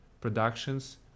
productions